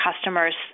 customers